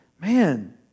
man